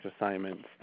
assignments